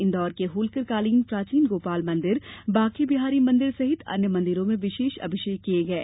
इंदौर के होल्कर कालीन प्राचीन गोपाल मंदिर बांके बिहारी मंदिर सहित अन्य मंदिरों में विशेष अभिषेक किये गये